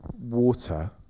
water